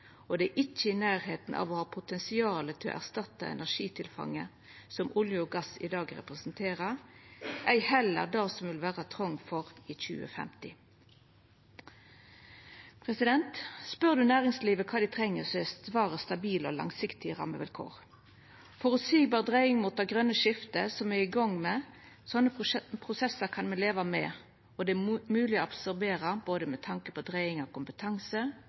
Det er ikkje i nærleiken av å ha potensial for å erstatta energitilfanget som olje og gass i dag representerer, heller ikkje det som det vil vera trong for i 2050. Spør du næringslivet kva dei treng, er svaret stabile og langsiktige rammevilkår – føreseieleg dreiing mot det grøne skiftet som me er i gang med. Slike prosessar kan me leva med, det er mogleg å absorbera, med tanke på både dreiing av kompetanse,